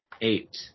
eight